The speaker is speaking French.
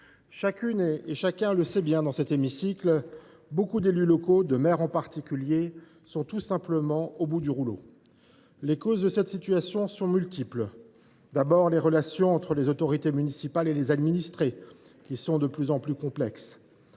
collègues, chacun le sait au sein de cet hémicycle, beaucoup d’élus locaux, en particulier des maires, sont tout simplement au bout du rouleau. Les causes de cette situation sont multiples. Premièrement, les relations entre les autorités municipales et les administrés sont de plus en plus complexes.